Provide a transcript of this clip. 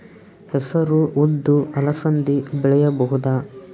ಹೆಸರು ಉದ್ದು ಅಲಸಂದೆ ಬೆಳೆಯಬಹುದಾ?